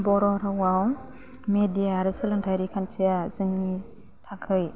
बर' रावआव मेदिया आरो सोलोंथाइयारि खान्थिया जोंनि थाखाय